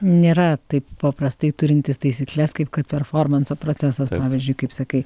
nėra taip paprastai turintys taisykles kaip kad performanso procesas pavyzdžiui kaip sakai